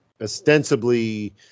ostensibly